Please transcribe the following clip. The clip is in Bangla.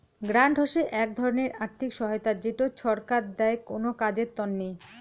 গ্রান্ট হসে এক ধরণের আর্থিক সহায়তা যেটো ছরকার দেয় কোনো কাজের তন্নে